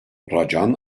racan